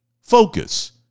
focus